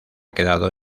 quedado